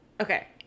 okay